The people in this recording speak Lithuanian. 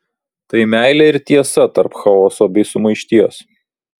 tai meilė ir tiesa tarp chaoso bei sumaišties